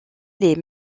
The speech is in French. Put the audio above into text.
les